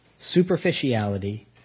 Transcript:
superficiality